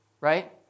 right